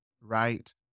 right